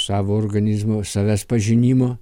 savo organizmo savęs pažinimo